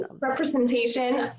representation